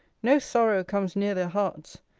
no sorrow comes near their hearts.